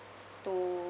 to